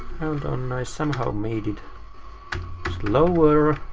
and on. i somehow made it slower.